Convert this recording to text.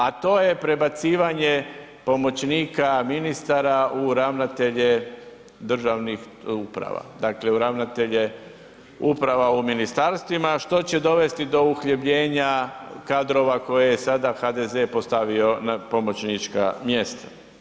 A to je prebacivanje pomoćnika ministara u ravnatelje državnih uprava, dakle u ravnatelje uprava u ministarstvima što će dovesti do uhljebljenja kadrova koje je sada HDZ postavio na pomoćnička mjesta.